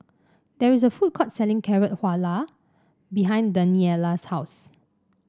there is a food court selling Carrot Halwa behind Daniela's house